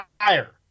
higher